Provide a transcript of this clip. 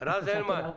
רז הילמן,